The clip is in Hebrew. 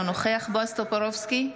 אינו נוכח בועז טופורובסקי,